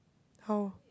how